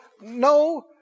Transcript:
no